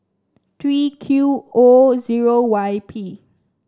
three Q O zero Y P